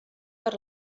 per